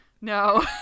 No